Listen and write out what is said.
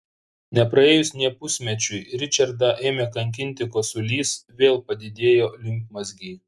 nepraėjus nė pusmečiui ričardą ėmė kankinti kosulys vėl padidėjo limfmazgiai